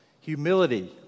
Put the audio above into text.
humility